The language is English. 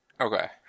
Okay